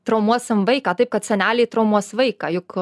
traumuosim vaiką taip kad seneliai traumuos vaiką juk